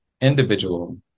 individual